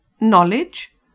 knowledge